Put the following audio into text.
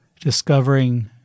discovering